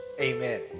amen